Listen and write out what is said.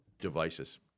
devices